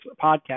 podcast